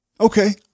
Okay